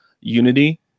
unity